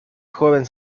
joven